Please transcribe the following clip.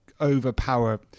overpower